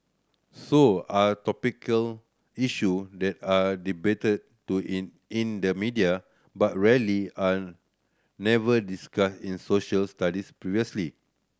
so are topical issue that are debated to in in the media but rarely an never discussed in Social Studies previously